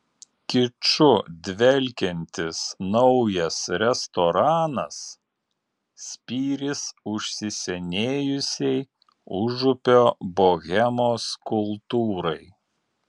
kiču dvelkiantis naujas restoranas spyris užsisenėjusiai užupio bohemos kultūrai